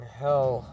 hell